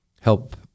help